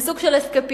כסוג של אסקפיזם,